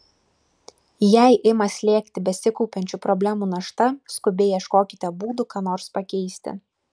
jei ima slėgti besikaupiančių problemų našta skubiai ieškokite būdų ką nors pakeisti